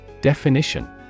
Definition